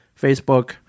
Facebook